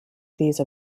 these